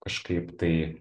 kažkaip tai